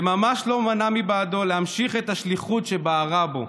זה ממש לא מנע מבעדו להמשיך את השליחות שבערה בו.